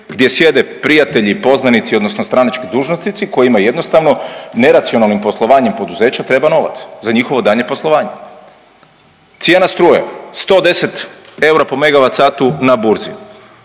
gdje sjede prijatelji i poznanici, odnosno stranački dužnosnici koji imaju jednostavno neracionalnim poslovanjem poduzeća treba novac za njihovo daljnje poslovanje. Cijena struje 110 eura po megavat